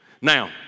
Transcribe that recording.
now